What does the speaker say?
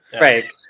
Right